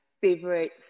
favorite